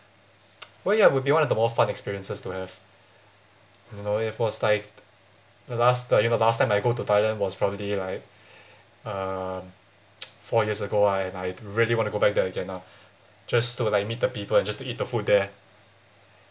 well ya would be one of the more fun experiences to have you know it was like the last the you know the last time I go to thailand was probably like um four years ago ah and I really wanna go back there again now just to like meet the people and just to eat the food there